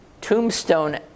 Tombstone